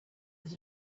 that